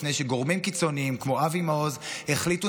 לפני שגורמים קיצוניים כמו אבי מעוז החליטו